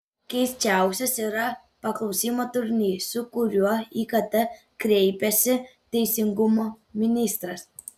keisčiausias yra paklausimo turinys su kuriuo į kt kreipiasi teisingumo ministras